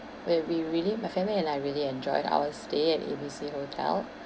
where we really my family and I really enjoyed our stay at A B C hotel